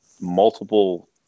multiple